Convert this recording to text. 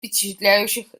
впечатляющих